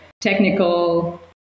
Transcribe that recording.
technical